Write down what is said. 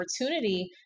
opportunity